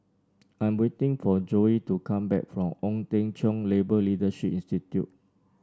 I am waiting for Zoie to come back from Ong Teng Cheong Labour Leadership Institute